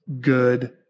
good